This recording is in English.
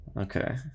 Okay